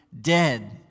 dead